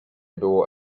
było